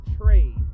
trade